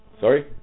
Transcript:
Sorry